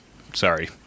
Sorry